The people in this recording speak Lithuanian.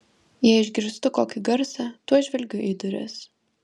jei išgirstu kokį garsą tuoj žvelgiu į duris